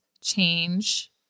change